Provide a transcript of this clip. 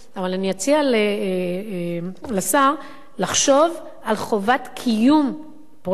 אבל אני אציע לשר לחשוב על חובת קיום פרויקט